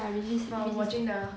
ya resisted